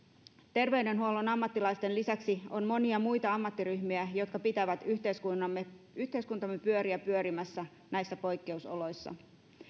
terveydenhuollon ammattilaisten lisäksi on monia muita ammattiryhmiä jotka pitävät yhteiskuntamme yhteiskuntamme pyöriä pyörimässä näissä poikkeusoloissa